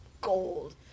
gold